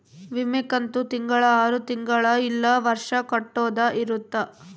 ವಿಮೆ ಕಂತು ತಿಂಗಳ ಆರು ತಿಂಗಳ ಇಲ್ಲ ವರ್ಷ ಕಟ್ಟೋದ ಇರುತ್ತ